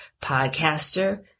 podcaster